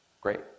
great